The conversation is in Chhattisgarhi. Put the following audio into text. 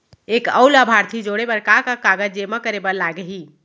एक अऊ लाभार्थी जोड़े बर का का कागज जेमा करे बर लागही?